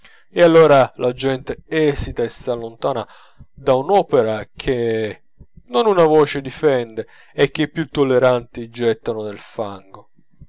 e allora la gente esita e s'allontana da un'opera che non una voce difende e che i più tolleranti gettano nel fango